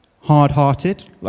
hard-hearted